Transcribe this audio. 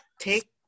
Take